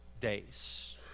days